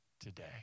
today